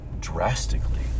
drastically